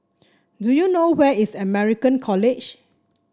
do you know where is American College